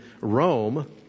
Rome